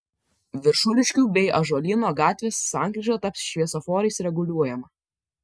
viršuliškių bei ąžuolyno gatvės sankryža taps šviesoforais reguliuojama